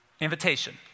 invitation